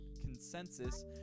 consensus